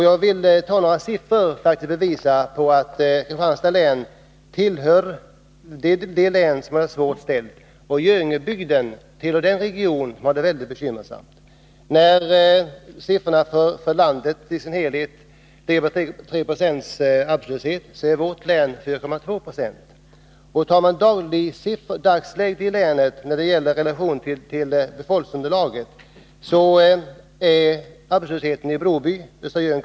Jag vill med några sifferuppgifter visa på att Kristianstads län tillhör de län som har det svårt ställt och att Göingebygden är en av de regioner som har det mycket bekymmersamt. Medan arbetslöshetssiffran för landet i dess helhet är 3 96, är den i vårt län 4,2 70. Dagsläget i länet är att arbetslösheten i relation till befolkningsunderlaget i Broby i Östra Göinge kommun är 4,6 90.